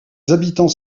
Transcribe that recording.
habitants